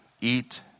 eat